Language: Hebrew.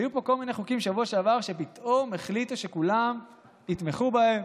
היו פה כל מיני חוקים בשבוע שעבר שפתאום החליטו שכולם יתמכו בהם.